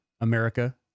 America